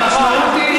המשמעות היא,